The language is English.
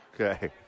Okay